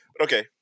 Okay